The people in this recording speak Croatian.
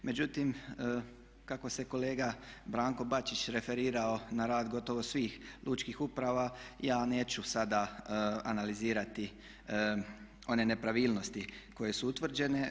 Međutim, kako se kolega Branko Bačić referirao na rad gotovo svih lučkih uprava ja neću sada analizirati one nepravilnosti koje su utvrđene.